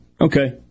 okay